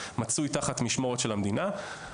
מצוי תחת משמורת של המדינה,